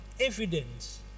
evidence